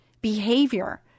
behavior